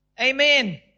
Amen